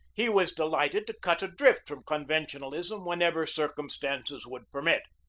he was delighted to cut adrift from conventionalism whenever circumstances would permit.